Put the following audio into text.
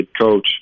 coach